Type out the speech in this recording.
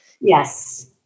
Yes